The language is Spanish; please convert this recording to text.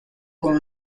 con